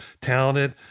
talented